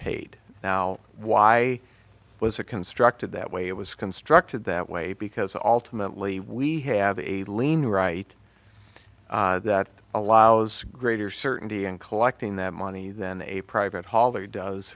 paid now why was it constructed that way it was constructed that way because alternately we have a lean right that allows greater certainty in collecting that money than a private holiday does